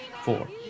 four